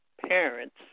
Parents